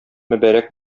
мөбарәк